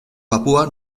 papúa